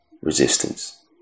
resistance